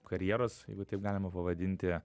karjeros jeigu taip galima pavadinti